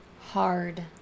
Hard